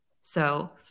So-